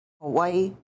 Hawaii